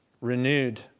renewed